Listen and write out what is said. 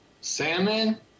Salmon